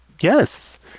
yes